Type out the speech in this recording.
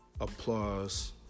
Applause